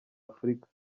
afurika